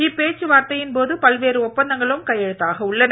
இப்பேச்சுவார்த்தையின் போது பல்வேறு ஒப்பந்தங்களும் கையெழுத்தாக உள்ளன